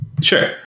Sure